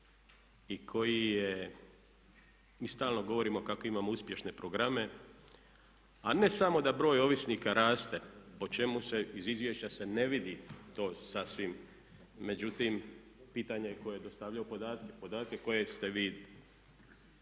godina. Mi stalno govorimo kako imamo uspješne programe, a ne samo da broj ovisnika raste po čemu se iz izvješća ne vidi to sasvim, međutim pitanje je tko je dostavljao podatke, podatke koje ste vi